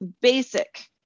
basic